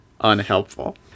unhelpful